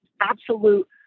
absolute